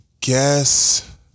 guess